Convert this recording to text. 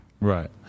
Right